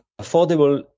affordable